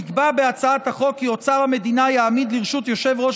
נקבע בהצעת החוק כי אוצר המדינה יעמיד לרשות יושב-ראש